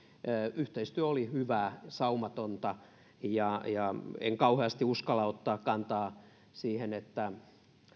yhteistyö oli hyvää saumatonta en kauheasti uskalla ottaa kantaa siihen